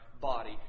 body